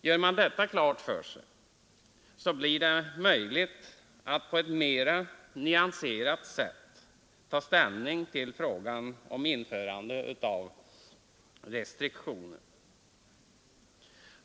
Gör man detta klart för sig, så blir det möjligt att på ett mera nyanserat sätt ta ställning till frågan om införande av restriktioner.